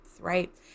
right